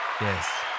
Yes